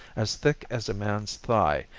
as thick as a man's thigh,